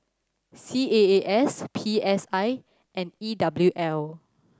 C A A S P S I and E W L